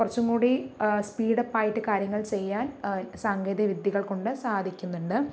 കുറച്ചും കൂടി സ്പീഡപ്പായിട്ട് കാര്യങ്ങൾ ചെയ്യാൻ സാങ്കേതിക വിദ്യകൾ കൊണ്ട് സാധിക്കുന്നുണ്ട്